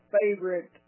favorite